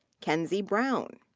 kenzie brown.